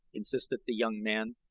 insisted the young man.